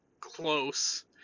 close